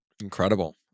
Incredible